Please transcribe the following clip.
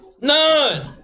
None